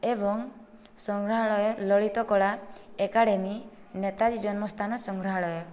ଏବଂ ସଂଗ୍ରହାଳୟ ଲଳିତକଳା ଏକାଡ଼େମୀ ନେତାଜୀ ଜନ୍ମସ୍ଥାନ ସଂଗ୍ରହାଳୟ